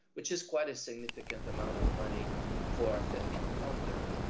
which is quite a significant amount of money for a federal funder.